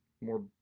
more